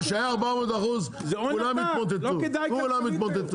בסדר, כשהיה 400% כולם התמוטטו, כולם.